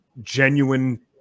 genuine